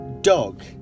dog